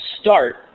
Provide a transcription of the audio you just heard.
start